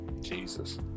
Jesus